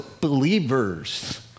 believers